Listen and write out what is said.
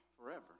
forever